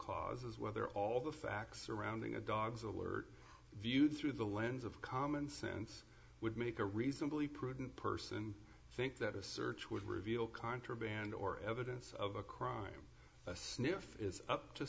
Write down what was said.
cause is whether all the facts surrounding the dog's alert viewed through the lens of commonsense would make a reasonably prudent person think that a search would reveal contraband or evidence of a crime a sniff is up to